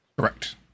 Correct